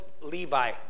Levi